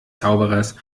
zauberers